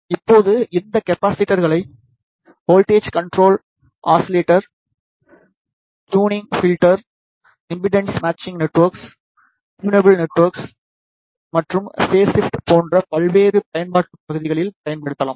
இப்போது இந்த கெப்பாஸிட்டர்களை voltage control oscillator tunable filters impedance matching நெட்வொர்க்குகள் ட்யூனபிள் நெட்வொர்க்குகள் மற்றும் பேஸ் ஷிஃப்ட் போன்ற பல்வேறு பயன்பாட்டு பகுதிகளில் பயன்படுத்தலாம்